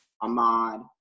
Ahmad